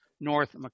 North